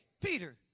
Peter